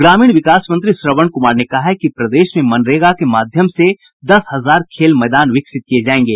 ग्रामीण विकास मंत्री श्रवण कुमार ने कहा है कि प्रदेश में मनरेगा के माध्यम से दस हजार खेल मैदान विकसित किये जायेंगे